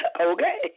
Okay